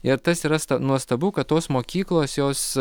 ir tas yra sta nuostabu kad tos mokyklos jos